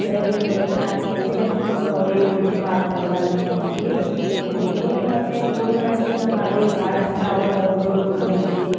ಸರಿಯಾಗಿರಲ್ಲಾದ್ರು ಭೀ ನಾನು ತಿಂತೀನಿ ಅಂದು ತಿಂದು ನೋಡಿ ಉಲ್ಟಿ ಮಾಡ್ಕೊಂಡಿದ್ದಾಳೆ ನನ್ನ ತಂಗಿ ಬಿರ್ನೀದು ಮತ್ತೆ ಗೋಬಿ ಮಂಚೂರಿ ನನ್ನ ಮಗಳಿಗೆ ಬಹಳ ಇಷ್ಟ ಅವಳು ನೋಡಿದ್ದು ಗೋಬಿ ಮಂಚೂರಿ